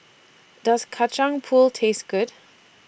Does Kacang Pool Taste Good